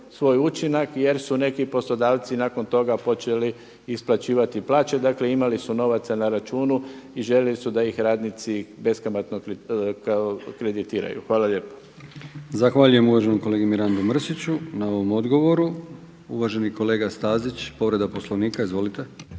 svoj učinak jer su neki poslodavci nakon toga počeli isplaćivati plaće, dakle imali su novaca na računu i željeli su da ih radnici beskamatno kreditiraju. Hvala lijepo. **Brkić, Milijan (HDZ)** Zahvaljujem uvaženom kolegi Mirandu Mrsiću na ovom odgovoru. Uvaženi kolega Stazić, povreda Poslovnika. Izvolite.